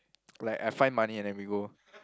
like I find money and then we go